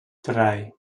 drei